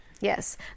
Yes